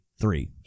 Three